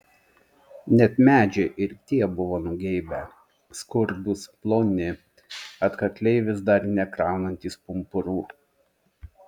net medžiai ir tie buvo nugeibę skurdūs ploni atkakliai vis dar nekraunantys pumpurų